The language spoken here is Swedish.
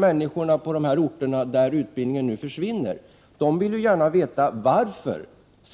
Människorna på de orter där utbildningen nu försvinner vill naturligtvis gärna veta varför